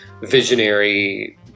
visionary